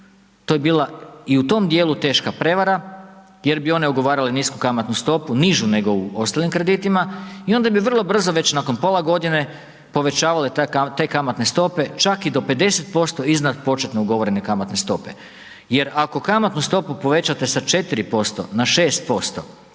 to je bila i u tom dijelu teška prijevara jer bi one ugovarale nisku kamatnu stopu, nižu nego u ostalim kreditima i onda bi vrlo brzo već nakon pola godine povećavale te kamatne stope čak i do 50% iznad početno ugovorene kamatne stope. Jer ako kamatnu stopu povećate sa 4% na 6%